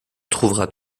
trouveras